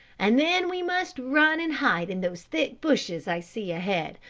and then we must run and hide in those thick bushes i see ahead,